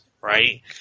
Right